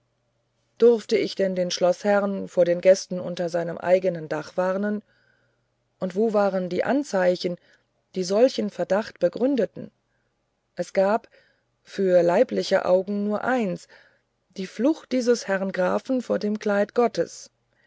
durfte ich denn den schloßherrn vor den gästen unter seinem eigenen dach warnen und wo waren die anzeichen die solchen verdacht begründeten es gab für leibliche augen nur eins die flucht dieses herrn grafen vor dem kleid gottes